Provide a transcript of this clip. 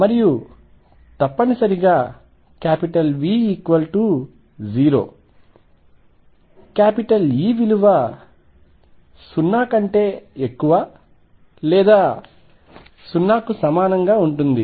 మరియు తప్పనిసరిగాV0 E విలువ 0 కంటే ఎక్కువ లేదా సమానంగా ఉంటుంది